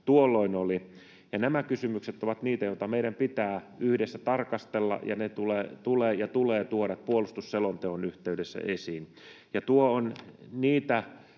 tuolloin oli, ja nämä kysymykset ovat niitä, joita meidän pitää yhdessä tarkastella, ja ne tulee tuoda puolustusselonteon yhteydessä esiin. Tuo on niitä